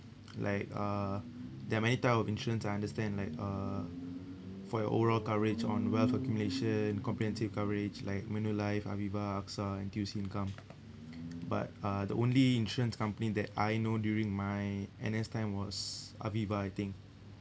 like uh there are many type of insurance I understand like uh for your overall coverage on wealth accumulation comprehensive coverage like manulife aviva axa N_T_U_C income but uh the only insurance company that I know during my N_S time was aviva I think